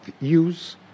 use